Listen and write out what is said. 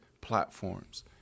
platforms